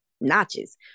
notches